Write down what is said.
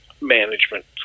management